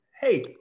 Hey